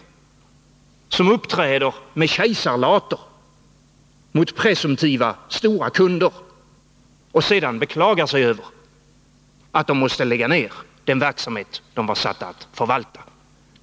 De som uppträder med kejsarlater mot presumtiva stora kunder och sedan beklagar sig över att de måste lägga ned den verksamhet de är satta att förvalta.